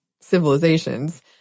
civilizations